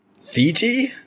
Fiji